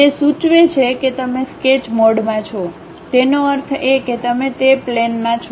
તે સૂચવે છે કે તમે સ્કેચ મોડમાં છો તેનો અર્થ એ કે તમે તે પ્લેનમાં છો